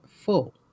full